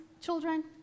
children